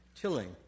tilling